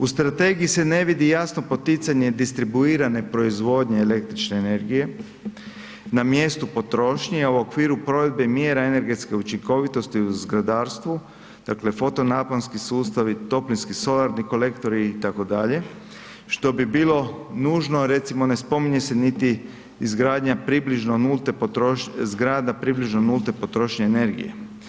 U strategiji se ne vidi jasno poticanje distribuirane proizvodnje električne energije na mjestu potrošnje, a u okviru provedbe mjera energetske učinkovitosti u zgradarstvu, dakle fotonaponski sustavi, toplinski solarni kolektori itd., što bi bilo nužno, recimo ne spominje se niti izgradnja približno nulte potrošnje, zgrada približno nulte potrošnje energije.